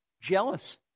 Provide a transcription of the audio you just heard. jealous